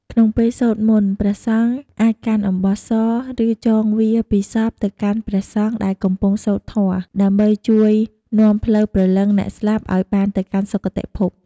ក្នុងពេលសូត្រមន្ត ព្រះសង្ឃអាចកាន់អំបោះស ឬចងវាពីសពទៅកាន់ព្រះសង្ឃដែលកំពុងសូត្រធម៌ ដើម្បីជួយនាំផ្លូវព្រលឹងអ្នកស្លាប់ឱ្យបានទៅកាន់សុគតិភព។